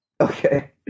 Okay